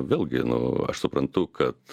vėlgi nu aš suprantu kad